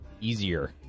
easier